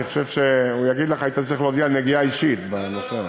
אני חושב שהוא יגיד לך שהיית צריך להודיע על נגיעה אישית בנושא,